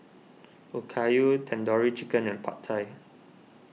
Okayu Tandoori Chicken and Pad Thai